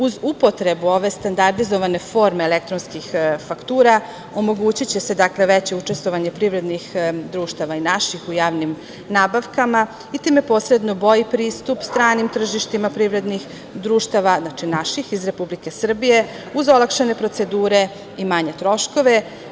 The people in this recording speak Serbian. Uz upotrebu ove standardizovane forme elektronskih faktura omogućiće se veće učestvovanje privrednih društava i naših u javnim nabavkama i time posredno bolji pristup stranim tržištima privrednih društava, znači naših, iz Republike Srbije, uz olakšane procedure i manje troškove.